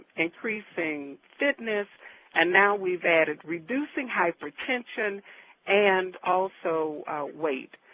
increasing fitness and now we've added reducing hypertension and also weight,